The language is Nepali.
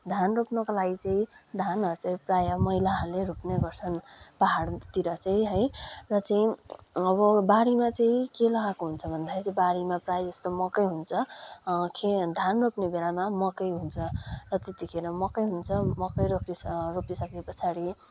धान रेप्नको लागि चाहिँ धानहरू चाहिँ प्रायः महिलाहरूले रोप्ने गर्छन् पहाडतिर चाहिँ है र चाहिँ अब बारीमा चाहिँ के लगाएको हुन्छ भन्दाखेरि बारीमा प्राय जस्तो मकै हुन्छ खे धान रोप्ने बेलामा मकै हुन्छ र त्यतिखेर मकै हुन्छ मकै रोपिसके पछाडि